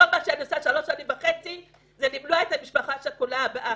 כל מה שאני עושה במשך שלוש שנים וחצי זה למנוע את המשפחה השכולה הבאה.